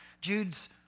Jude's